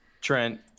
Trent